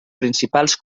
principals